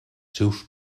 seus